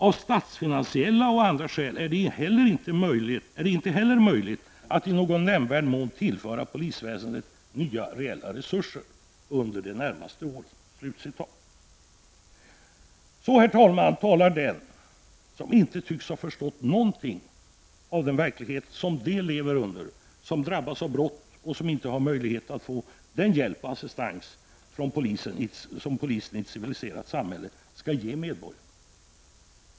Av statsfinansiella och andra skäl är det inte heller möjligt att i någon nämndvärd mån tillföra polisväsendet nya reella resurser under de närmaste åren.'' Så, herr talman, talar den som inte tycks ha förstått någonting av den verklighet som de lever i som drabbas av brott och som inte har möjlighet att få den hjälp och den assistans som polisen i ett civiliserat samhälle skall ge medborgarna.